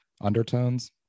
undertones